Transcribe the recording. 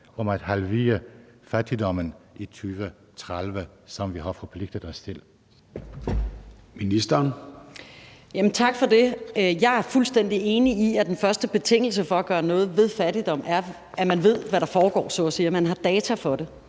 om at halvere fattigdommen i 2030, som vi har forpligtet os til.